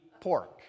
pork